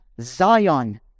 Zion